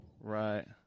Right